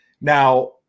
Now